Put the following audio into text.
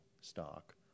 stock